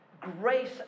grace